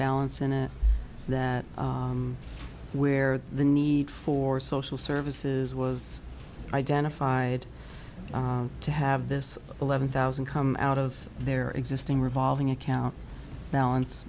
balance in a that where the need for social services was identified to have this eleven thousand come out of their existing revolving account balance